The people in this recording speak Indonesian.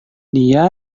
dia